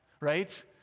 right